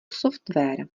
software